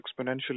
exponentially